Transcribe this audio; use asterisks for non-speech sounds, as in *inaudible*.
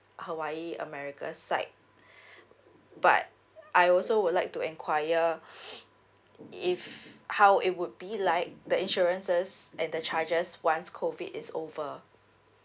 hawaii america side *breath* but I also would like to enquire *breath* if how it would be like the insurances and the charges once COVID is over